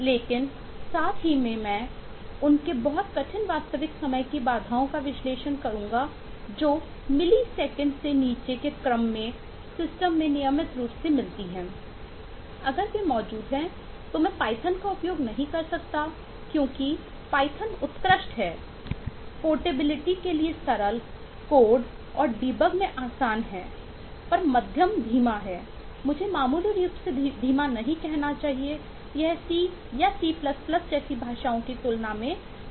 लेकिन साथ ही मैं उनके बहुत कठिन वास्तविक समय की बाधाओं का विश्लेषण करूंगा जो मिलीसेकंड जैसी भाषाओं की तुलना में बेहद धीमी है